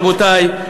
רבותי,